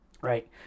Right